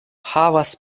havas